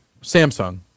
Samsung